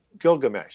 Gilgamesh